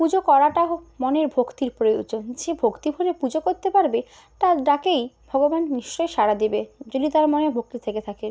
পুজো করাটা মনের ভক্তির প্রয়োজন যে ভক্তি ভরে পুজো করতে পারবে তার ডাকেই ভগবান নিশ্চয়ই সাড়া দেবে যদি তার মনে ভক্তি থেকে থাকে